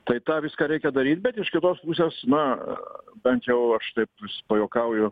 tai tą viską reikia daryt bet iš kitos pusės na bent jau aš taip pajuokauju